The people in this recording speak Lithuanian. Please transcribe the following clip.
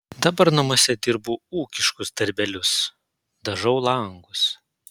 dabar namuose dirbu ūkiškus darbelius dažau langus